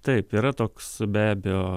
taip yra toks be abejo